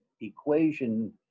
equation